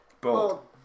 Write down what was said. Bold